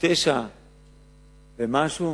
ל-1.9 ומשהו,